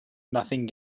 nothing